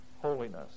holiness